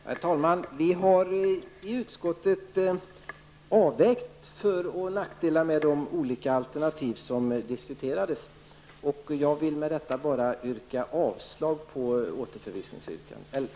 Herr talman! Vi har i utskottet avvägt för och nackdelar med de olika alternativ som diskuterades. Jag vill med detta bara yrka avslag på återförvisningsyrkandet.